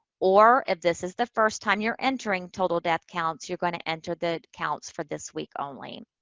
or if this is the first time you're entering total death counts, you're going to enter the counts for this week only.